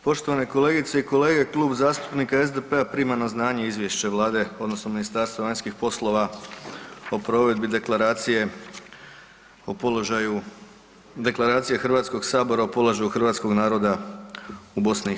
Poštovane kolegice i kolege, Klub zastupnika SDP-a prima na znanje Izvješće Vlade, odnosno Ministarstva vanjskih poslova o provedbi Deklaracije o položaju, Deklaracije Hrvatskog sabora o položaju Hrvatskog naroda u BiH.